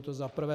To za prvé.